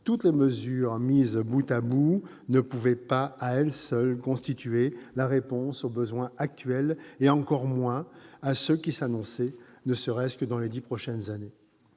toutes les mesures mises bout à bout ne pouvaient pas à elles seules constituer la réponse aux besoins actuels, et encore moins à ceux qui s'annonçaient, ne serait-ce que dans les dix prochaines années.